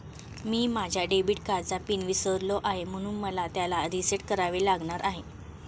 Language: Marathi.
मी माझ्या डेबिट कार्डचा पिन विसरलो आहे म्हणून मला त्याला रीसेट करावे लागणार आहे